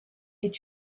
est